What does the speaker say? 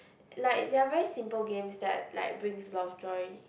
like they are very simple games that like brings a lot of joy